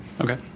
okay